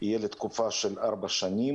יהיה לתקופה של ארבע שנים,